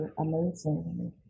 Amazing